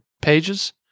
pages